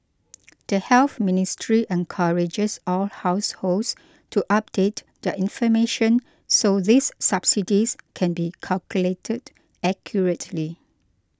the Health Ministry encourages all households to update their information so these subsidies can be calculated accurately